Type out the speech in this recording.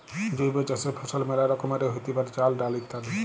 জৈব চাসের ফসল মেলা রকমেরই হ্যতে পারে, চাল, ডাল ইত্যাদি